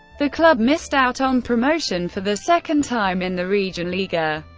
the club missed out on promotion for the second time in the regionalliga,